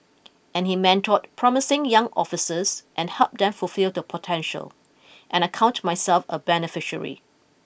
and he mentored promising young officers and helped them fulfil their potential and I count myself a beneficiary